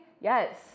Yes